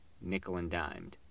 nickel-and-dimed